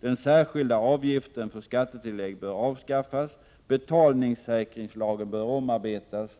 Den särskilda avgiften för skattetillägg bör avskaffas. Betalningssäkringslagen bör omarbetas.